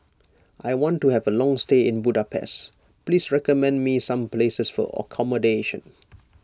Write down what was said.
I want to have a long stay in Budapest please recommend me some places for accommodation